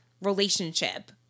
relationship